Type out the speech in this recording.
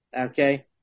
Okay